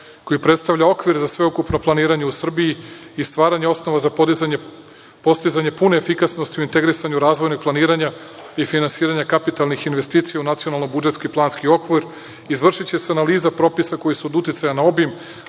koji predstavlja okvir za sve ukupno planiranje u Srbiji i stvaranje osnova za postizanje pune efikasnosti u integrisanju razvojnog planiranja i finansiranja kapitalnih investicija u nacionalno budžetski planski okvir. Izvršiće se analiza propisa koji su od uticaja na obim,